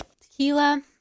Tequila